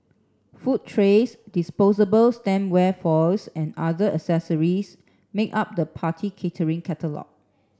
food trays disposable stemware foils and other accessories make up the party catering catalogue